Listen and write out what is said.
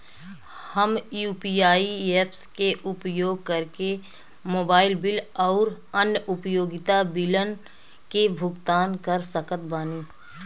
हम UPI apps के उपयोग करके मोबाइल बिल आउर अन्य उपयोगिता बिलन के भुगतान कर सकत बानी